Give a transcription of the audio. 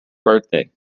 birthday